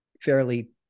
fairly